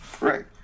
Right